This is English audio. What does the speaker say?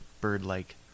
bird-like